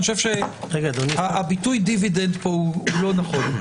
אני חושב שהביטוי דיבידנד הוא לא נכון.